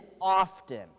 often